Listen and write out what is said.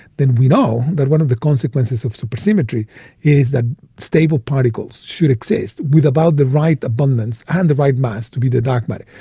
then we know that one of the consequences of supersymmetry is that stable particles should exist with about the right abundance and the right mass to be the dark matter.